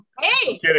Hey